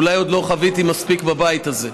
אולי עוד לא חוויתי מספיק בבית הזה.